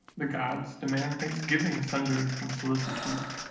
the gods demand thanksgiving sundered from solicitude.